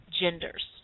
genders